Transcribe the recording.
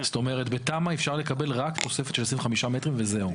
בתמ"א אפשר לקבל רק תוספת של 25 מטרים וזה.